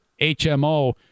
hmo